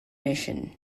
mission